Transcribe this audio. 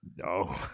No